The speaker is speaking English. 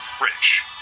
rich